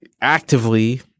actively